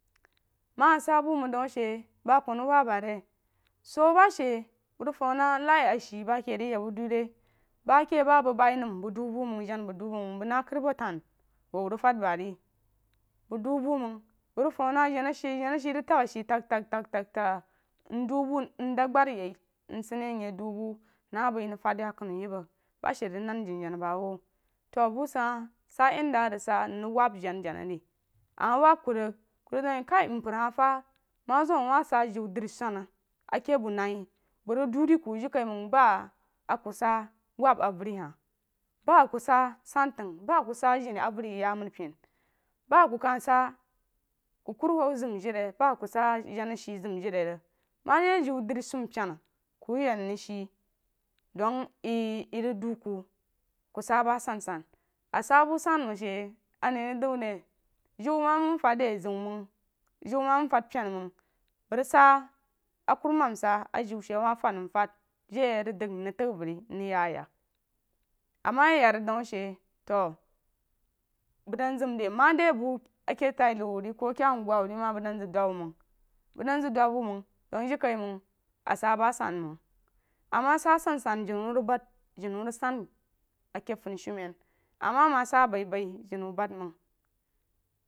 Ma a sah bu məng dəu a shi ba kuh rig wab ba re so ba shi bəng rig fam na laí jana a shi ba ke ríg yek bu duí re nba keh ba bəng baí nəm jana məng du bu məng bu na kar a bu tan wuo rig fad ba re bəng du bu məng bəng fam na jana a she jana ashe ríg tag she tag tag tag mdu bu mdam gbar ye mye du bu nəng bəi nəng fadya kuna ye məng ba she rig nan jana ba a wuh to bu sid hah sah yen da a ri sah nrig wab jana jana re ama wab ku rəng ku rig dəng wuh kah mpər hah fah ma zīu a kah sah jiw drí – swana a ke bu naí bəng rīg du di ku jirikaiməng ba ku sah wab avər hah ba ku sah san tag ba ku sah jení avər ye ya a mripən ba ku kah sah kukuru whou zam jiri ba ku sah jana a she zam jiri ríg ma de juí dri-sumpyena ku yí ya mríg shíí dəng. Ye rig du ku ku sah ba sansan a sah bu san bəng she a ne rig du wuh re jíw wuh ma məng fad de zeun məng diw wuh ma nəng fad pyena məng bu ri sah a kurumam sah a jiw shi a wuh fad nəng fad je a rig dəng mrig tag avər mrig ya yak ama yi yak rig dəng a she to məng dən zam de ma di bu a keh taí nou wuh rí ko a keh aguawu rí ma zak dub wuh ri məng məng dən zak dub wuh məng dəng jirkaiməng a sah ba san məng ama sah asan san jeni wuh ríg bən jeni wuh rig san a keh funshumen ama ama sah ah bai bai jeni wuh ban məng